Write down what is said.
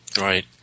Right